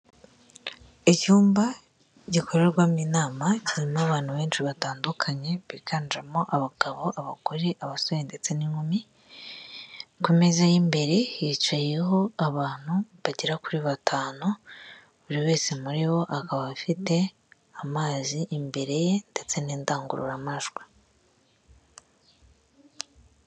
Icyumba gikorerwamo inama kirimo abantu benshi batandukanye biganjemo abagabo, abagore, abasore ndetse n'inkumi. Ku meza y'imbere hicayeho abantu bagera kuri batanu, buri wese muri bo akaba afite amazi imbere ye ndetse n'indangururamajwi.